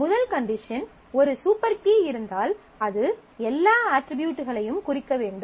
முதல் கண்டிஷன் ஒரு super key இருந்தால் அது எல்லா அட்ரிபியூட்களையும் குறிக்க வேண்டும்